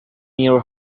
your